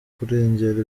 kurengera